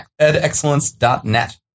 edexcellence.net